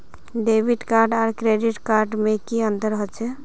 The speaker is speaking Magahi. डेबिट कार्ड आर क्रेडिट कार्ड में की अंतर होचे?